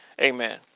Amen